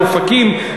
באופקים,